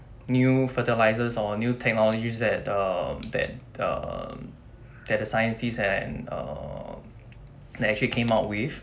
new fertilisers or new technologies that um that um that the scientists and um they actually came up with